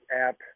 app